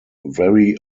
very